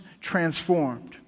transformed